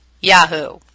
Yahoo